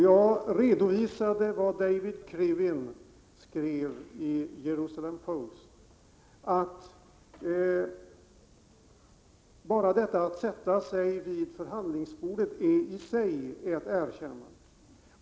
Jag hänvisade till vad David Krivine skrev i Jerusalem Post — enbart att sätta sig vid förhandlingsbordet är ett erkännande.